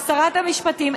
וכשרת המשפטים.